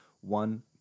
one